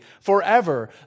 forever